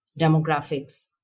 demographics